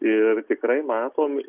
ir tikrai matom